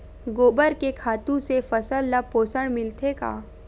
गोबर के खातु से फसल ल पोषण मिलथे का?